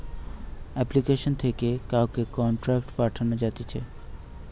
application থেকে কাউকে contact পাঠানো যাতিছে